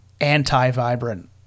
anti-vibrant